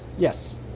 yes